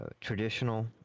Traditional